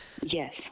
Yes